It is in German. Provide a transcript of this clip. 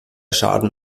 schaden